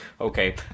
Okay